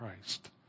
Christ